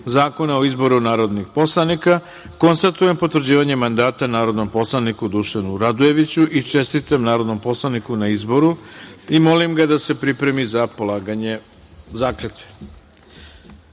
Zakona o izboru narodnih poslanika, konstatujem potvrđivanje mandata narodnom poslaniku Dušanu Radojeviću. Čestitam narodnom poslaniku na izboru i molim ga da se pripremi za polaganje zakletve. Poštovani